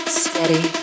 steady